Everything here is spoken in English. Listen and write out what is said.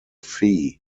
fee